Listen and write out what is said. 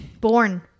born